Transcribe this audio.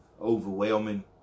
overwhelming